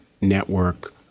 network